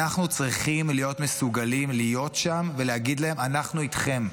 אנחנו צריכים להיות מסוגלים להיות שם ולהגיד להם: אנחנו איתכם.